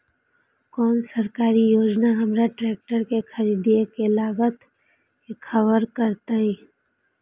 कोन सरकारी योजना हमर ट्रेकटर के खरीदय के लागत के कवर करतय?